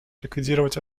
ликвидировать